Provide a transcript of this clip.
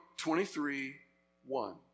23.1